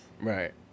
Right